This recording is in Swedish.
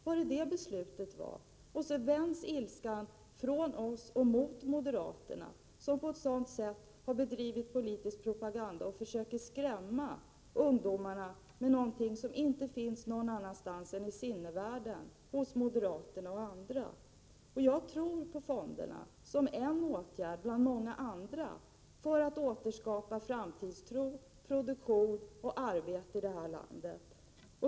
Var det så beslutet var?” Och så vänds ilskan från oss och mot moderaterna, som på ett sådant sätt har bedrivit politisk propaganda och försöker skrämma ungdomarna med någonting som inte finns någon annanstans än i föreställningsvärlden hos moderater och andra. Jag tror på fonderna som en åtgärd bland många andra för att återskapa framtidstro, produktion och arbete i det här landet.